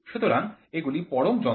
সুতরাং এগুলি পরম যন্ত্র